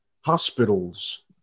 hospitals